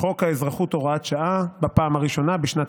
חוק האזרחות (הוראת שעה) בפעם הראשונה בשנת